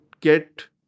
get